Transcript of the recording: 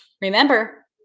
Remember